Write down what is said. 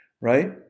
right